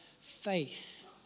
faith